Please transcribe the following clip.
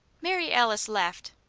mary alice laughed.